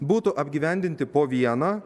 būtų apgyvendinti po vieną